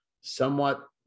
somewhat